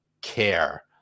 care